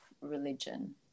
religion